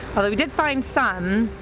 although we did find some.